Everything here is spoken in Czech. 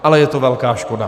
Ale je to velká škoda.